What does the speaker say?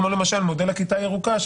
כמו מודל הכיתה הירוקה,